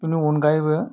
बिनि अनगायैबो